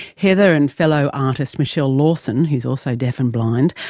heather and fellow artist michelle lawson, who's also deaf and blind,